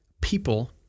people